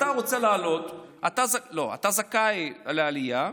אתה רוצה לעלות, לא, אתה זכאי עלייה,